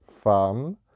fun